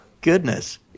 goodness